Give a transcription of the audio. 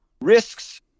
risks